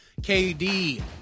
KD